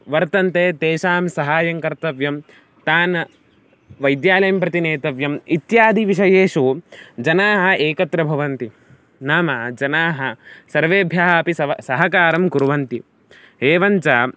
वर्तन्ते तेषां सहायं कर्तव्यं तान् वैद्यालयं प्रति नेतव्यम् इत्यादिविषयेषु जनाः एकत्र भवन्ति नाम जनाः सर्वेभ्यः अपि सर्वं सहकारं कुर्वन्ति एवं च